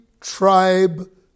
tribe